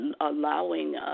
allowing